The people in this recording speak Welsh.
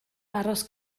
aros